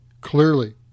Clearly